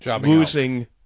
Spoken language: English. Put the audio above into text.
losing